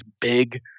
big